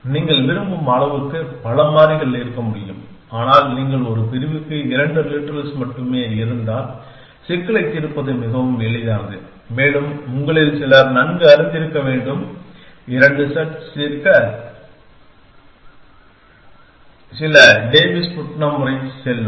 நீங்கள் விரும்பும் அளவுக்கு பல மாறிகள் இருக்க முடியும் ஆனால் ஒரு பிரிவுக்கு இரண்டு லிட்ரல்ஸ் மட்டுமே இருந்தால் சிக்கலைத் தீர்ப்பது மிகவும் எளிதானது மேலும் உங்களில் சிலர் நன்கு அறிந்திருக்க வேண்டும் இரண்டு சட் தீர்க்க சில டேவிஸ் புட்னம் முறை செல்லும்